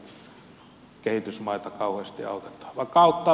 vaikka auttaa pitää kun tarve on